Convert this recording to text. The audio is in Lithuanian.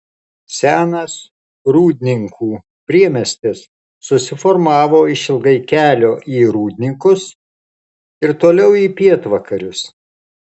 senas rūdninkų priemiestis susiformavo išilgai kelio į rūdninkus ir toliau į pietvakarius